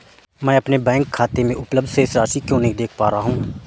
मैं अपने बैंक खाते में उपलब्ध शेष राशि क्यो नहीं देख पा रहा हूँ?